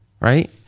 right